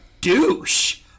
douche